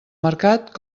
mercat